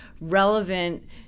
relevant